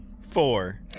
Four